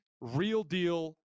real-deal